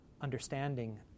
understanding